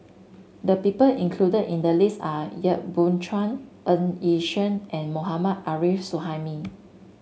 the people include in the list are Yap Boon Chuan Ng Yi Sheng and Mohammad Arif Suhaimi